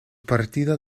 partida